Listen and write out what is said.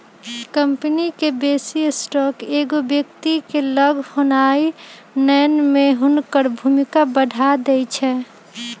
company के बेशी stock एगो व्यक्ति के लग होनाइ नयन में हुनकर भूमिका बढ़ा देइ छै